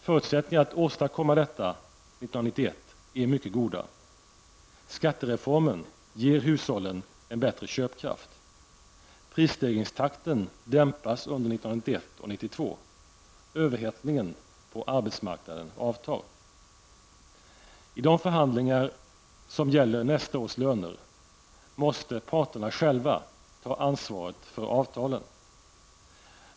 Förutsättningarna att åstadkomma detta 1991 är mycket goda. Skattereformen ger hushållen en bättre köpkraft, prisstegringstakten dämpas under 1991 och 1992 och överhettningen på arbetsmarknaden avtar. I de förhandlingar som gäller nästa års löner måste parterna själva ta ansvaret för avtalen.